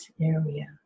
area